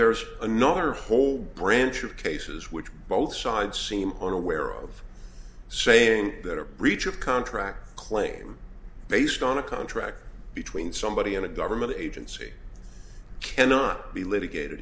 there's another whole branch of cases which both sides seem unaware of saying that a breach of contract claim based on a contract between somebody and a government agency cannot be litigat